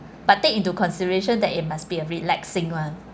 but take into consideration that it must be a relaxing [one]